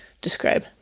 describe